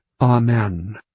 Amen